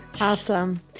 Awesome